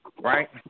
Right